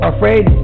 afraid